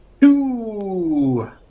Two